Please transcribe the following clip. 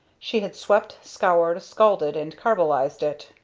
she had swept, scoured, scalded and carbolized it,